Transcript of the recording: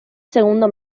segundo